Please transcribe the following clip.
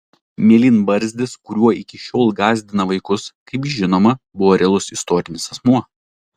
mėlynbarzdis kuriuo iki šiol gąsdina vaikus kaip žinoma buvo realus istorinis asmuo